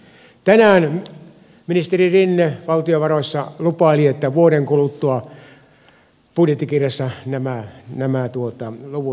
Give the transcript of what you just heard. tänään ministeri rinne valtiovaroissa lupaili että vuoden kuluttua budjettikirjassa nämä luvut esiintyvät